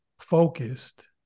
focused